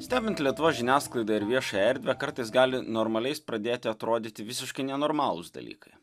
stebint lietuvos žiniasklaidą ir viešąją erdvę kartais gali normaliais pradėti atrodyti visiškai nenormalūs dalykai